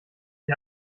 ich